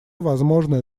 возможное